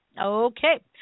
Okay